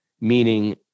meaning